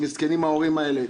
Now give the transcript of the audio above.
שמסכנים ההורים האלה.